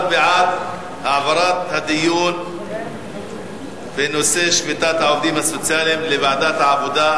19 בעד העברת הדיון בנושא שביתת העובדים הסוציאליים לוועדת העבודה,